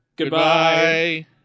Goodbye